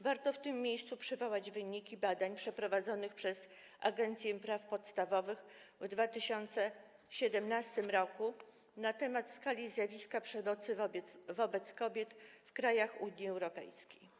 Warto w tym miejscu przywołać wyniki badań przeprowadzonych przez Agencję Praw Podstawowych w 2017 r. na temat skali zjawiska przemocy wobec kobiet w krajach Unii Europejskiej.